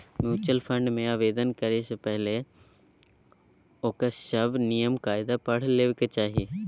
mutual fund मे आवेदन करबा सँ पहिने ओकर सभ नियम कायदा पढ़ि लेबाक चाही